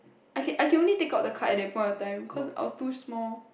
okay I can only take out the card at that point of time cause I was too small